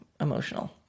emotional